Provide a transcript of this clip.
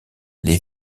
les